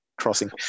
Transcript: crossing